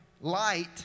Light